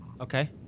Okay